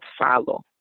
follow